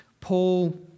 Paul